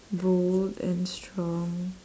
bold and strong